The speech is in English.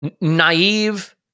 naive